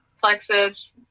plexus